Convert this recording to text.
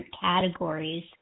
categories